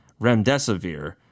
remdesivir